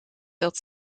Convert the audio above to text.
dat